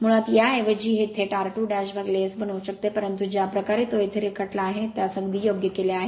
मुळात याऐवजी हे थेट r2S बनवू शकते परंतु ज्या प्रकारे तो येथे रेखाटला आहे त्यास अगदी योग्य केले आहे